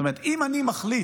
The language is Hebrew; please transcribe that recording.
זאת אומרת, אם אני מחליט,